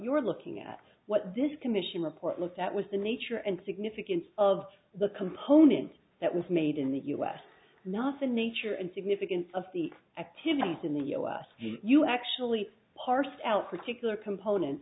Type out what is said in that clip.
you're looking at what this commission report looked at was the nature and significance of the component that was made in the us nothing nature and significance of the activities in the u s you actually parsed out particular component